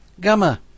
Gamma